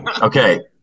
Okay